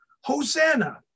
Hosanna